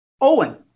Owen